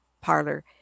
Parlor